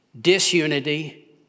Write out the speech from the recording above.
disunity